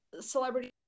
celebrity